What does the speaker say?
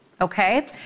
okay